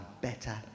better